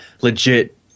legit